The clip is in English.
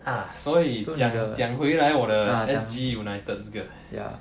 ah 所以讲讲回来我的 S_G united 这个